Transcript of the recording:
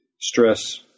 stress